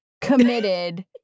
committed